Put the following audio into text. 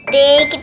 big